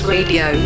Radio